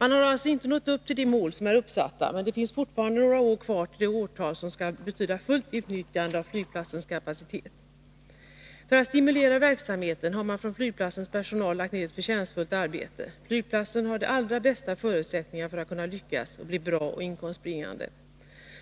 Man har alltså inte nått upp till de mål som är uppsatta, men det är fortfarande några år kvar till det årtal då man skall ha fullt utnyttjande av flygplatsens kapacitet. För att stimulera verksamheten har flygplatsens personal lagt ner ett förtjänstfullt arbete. Flygplatsen har de allra bästa förutsättningar för att kunna lyckas, bli bra och inkomstbringande.